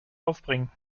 aufbringen